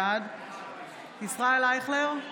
בעד ישראל אייכלר,